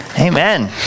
Amen